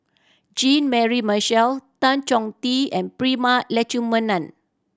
Jean Mary Marshall Tan Chong Tee and Prema Letchumanan